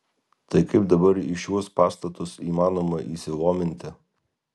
tai kaip dabar į šiuos pastatus įmanoma įsilominti